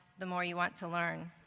the more you want to learn.